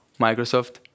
Microsoft